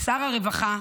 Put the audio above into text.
לשר הרווחה,